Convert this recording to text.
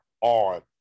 on